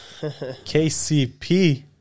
KCP